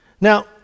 Now